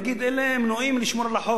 נגיד: אלה מנועים מלשמור על החוק.